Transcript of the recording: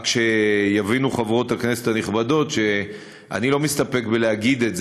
רק שיבינו חברות הכנסת הנכבדות שאני לא מסתפק בלהגיד את זה,